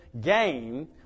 game